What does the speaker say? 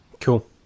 Cool